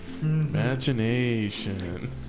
Imagination